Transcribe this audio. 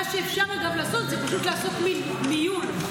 מה שאפשר לעשות זה פשוט לעשות מין מיון,